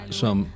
som